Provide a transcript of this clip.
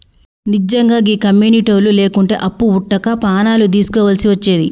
నిజ్జంగా గీ కమ్యునిటోళ్లు లేకుంటే అప్పు వుట్టక పానాలు దీస్కోవల్సి వచ్చేది